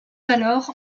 alors